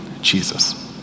Jesus